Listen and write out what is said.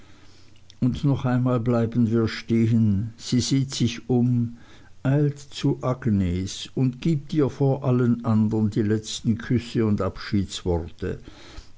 und noch einmal bleiben wir stehen sie sieht sich um eilt zu agnes und gibt ihr vor allen andern die letzten küsse und abschiedsworte